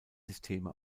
systeme